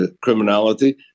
criminality